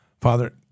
Father